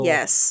Yes